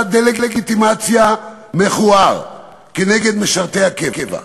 דה-לגיטימציה מכוער כנגד משרתי הקבע,